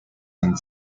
and